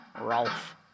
Ralph